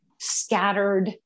scattered